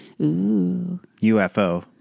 UFO